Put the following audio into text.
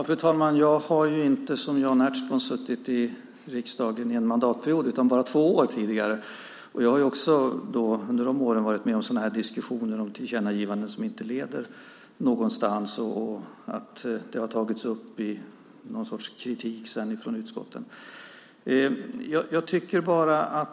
Fru talman! Jag har inte som Jan Ertsborn suttit i en mandatperiod utan bara två år tidigare. Jag har under de åren varit med om diskussioner om tillkännagivanden som inte leder någonstans. Det har sedan tagits upp i någon sorts kritik från utskotten.